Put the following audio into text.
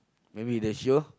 maybe they show